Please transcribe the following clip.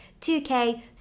2k